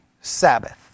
Sabbath